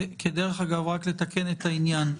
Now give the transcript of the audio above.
דרך אגב, רק לתקן את העניין: